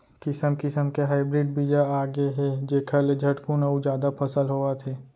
किसम किसम के हाइब्रिड बीजा आगे हे जेखर ले झटकुन अउ जादा फसल होवत हे